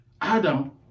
Adam